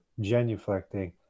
genuflecting